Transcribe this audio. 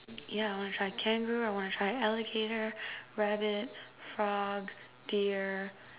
yeah I want to try kangaroo I want to try alligator rabbit frog deer